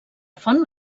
font